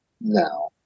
no